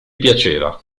piaceva